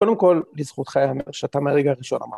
קודם כל לזכותך יאמר שאתה מהרגע הראשון אמרת.